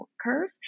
curve